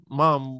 mom